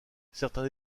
certains